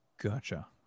Gotcha